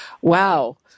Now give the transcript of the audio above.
wow